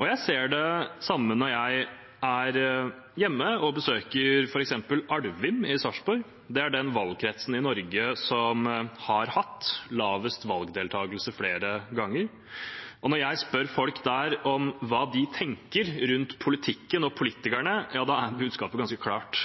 Jeg ser det samme når jeg er hjemme og besøker f.eks. Alvim i Sarpsborg. Det er den valgkretsen i Norge som har hatt lavest valgdeltakelse flere ganger. Når jeg spør folk der om hva de tenker rundt politikken og politikerne, er budskapet ganske klart: